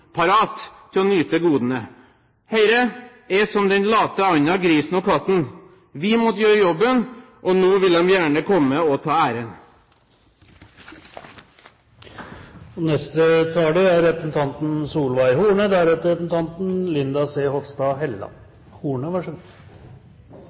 parat til å nyte godene. Høyre er som den late anda, grisen og katten: Vi måtte gjøre jobben, og nå vil de gjerne komme og ta æren. Vi har i dag en interpellasjon om likestilling og